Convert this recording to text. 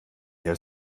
herr